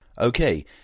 Okay